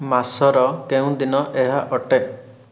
ମାସର କେଉଁ ଦିନ ଏହା ଅଟେ